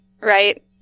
Right